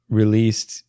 released